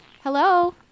Hello